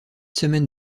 semaines